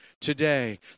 today